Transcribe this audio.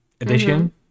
edition